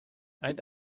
and